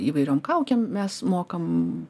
įvairiom kaukėm mes mokam